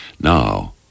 Now